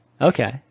okay